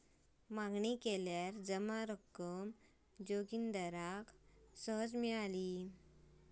मागणी केल्यावर जमा रक्कम जोगिंदराक सहज मिळाली